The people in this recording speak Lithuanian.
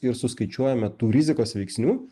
ir suskaičiuojame tų rizikos veiksnių